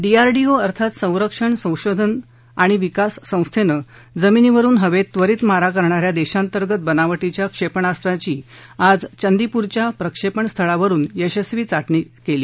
DRDO अर्थात संरक्षण संशोधन संशोधन आणि विकास संस्थेनं जमिनीवरुन हवेत त्वरित मारा करणाऱ्या देशांतर्गत बनावांगींच्या क्षेपणास्त्राची आज चंदीपूरच्या प्रक्षेपण स्थळावरुन यशस्वी चाचणी केली